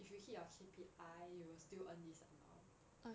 if you keep hit your K_P_I you will still earn this amount